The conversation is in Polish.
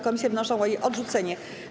Komisje wnoszą o jej odrzucenie.